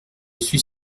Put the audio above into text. suis